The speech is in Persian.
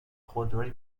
خودروی